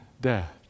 death